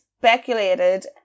speculated